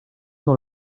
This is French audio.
dans